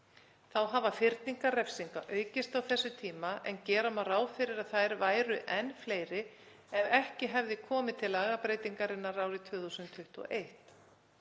Þá hafa fyrningar refsinga aukist á þessum tíma en gera má ráð fyrir að þær væru enn fleiri ef ekki hefði komið til lagabreytingarinnar 2021.